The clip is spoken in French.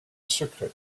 secret